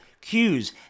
cues